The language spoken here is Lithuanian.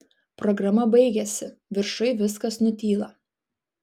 programa baigiasi viršuj viskas nutyla